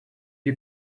you